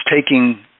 taking